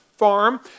farm